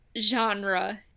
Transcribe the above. genre